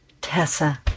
Tessa